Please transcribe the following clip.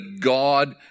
God